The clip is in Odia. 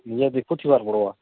ନିଜେ ଦେଖୁଥିବାର୍ ପଡ଼୍ବା